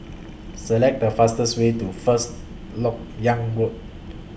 Select The fastest Way to First Lok Yang Road